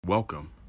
Welcome